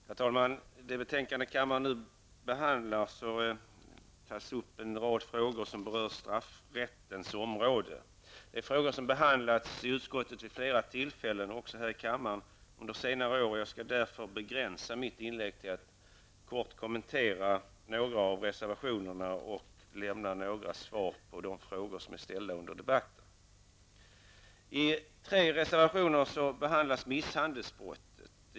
Herr talman! I det betänkande som kammaren nu behandlar tas upp en rad frågor som berör straffrättens område. Det är frågor som har behandlats i utskottet vid flera tillfällen och även här i kammaren under senare år. Därför skall jag begränsa mitt inlägg till att kortfattat kommentera några av reservationerna och ge svar på de frågor som har ställts under debatten. I tre reservationer behandlas misshandelsbrotten.